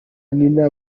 nina